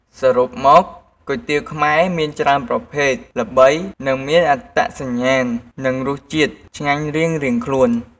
សរុបមកវិញ គុយទាវខ្មែរមានច្រើនប្រភេទ ល្បី និងមានអត្តសញ្ញាណ និងរសជាតិឆ្ងាញ់រៀងៗខ្លួន។